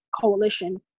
Coalition